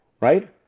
right